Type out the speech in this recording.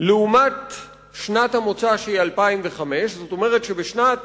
לעומת שנת המוצא שהיא 2005. זאת אומרת, שבשנת